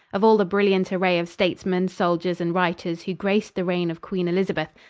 of all the brilliant array of statesmen, soldiers and writers who graced the reign of queen elizabeth,